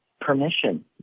permission